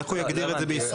איך הוא יגדיר את זה בישראל?